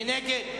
מי נגד?